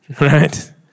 Right